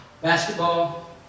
basketball